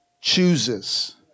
chooses